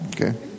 Okay